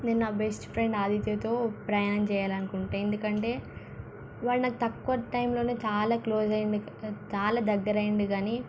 నేను నా best friend ఆదిత్యతో ప్రయాణం చేయాలనుకుంటాను ఎందుకంటే వాడు నాకు తక్కువ టైంలోనే చాలా క్లోజ్ అయింది చాలా దగ్గర అయ్యాడు కానీ